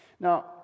Now